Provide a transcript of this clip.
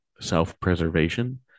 self-preservation